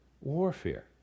warfare